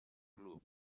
club